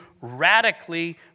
radically